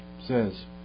says